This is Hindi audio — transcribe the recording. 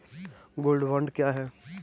गोल्ड बॉन्ड क्या है?